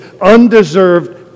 undeserved